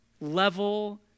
level